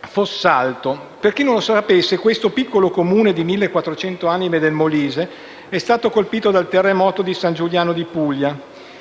Fossalto. Per chi non lo sapesse, questo piccolo Comune di 1.400 anime del Molise è stato colpito dal terremoto di San Giuliano di Puglia.